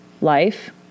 life